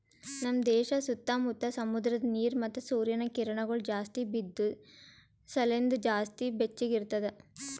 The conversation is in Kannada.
ನಮ್ ದೇಶ ಸುತ್ತಾ ಮುತ್ತಾ ಸಮುದ್ರದ ನೀರ ಮತ್ತ ಸೂರ್ಯನ ಕಿರಣಗೊಳ್ ಜಾಸ್ತಿ ಬಿದ್ದು ಸಲೆಂದ್ ಜಾಸ್ತಿ ಬೆಚ್ಚಗ ಇರ್ತದ